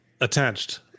attached